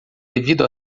devido